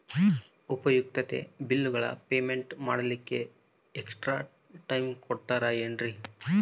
ಉಪಯುಕ್ತತೆ ಬಿಲ್ಲುಗಳ ಪೇಮೆಂಟ್ ಮಾಡ್ಲಿಕ್ಕೆ ಎಕ್ಸ್ಟ್ರಾ ಟೈಮ್ ಕೊಡ್ತೇರಾ ಏನ್ರಿ?